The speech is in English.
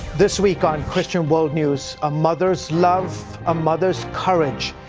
this week on christian world news, a mother's love, a mother's courage,